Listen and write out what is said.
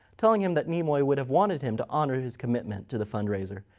telling him that nimoy would have wanted him to honor his commitment to the fundraiser.